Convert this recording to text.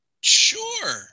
Sure